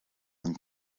een